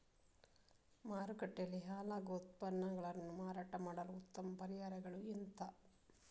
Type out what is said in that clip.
ಮಾರುಕಟ್ಟೆಯಲ್ಲಿ ಹಾಳಾಗುವ ಉತ್ಪನ್ನಗಳನ್ನು ಮಾರಾಟ ಮಾಡಲು ಉತ್ತಮ ಪರಿಹಾರಗಳು ಎಂತ?